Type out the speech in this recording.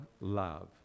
love